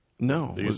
No